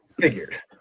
Figured